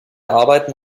arbeiten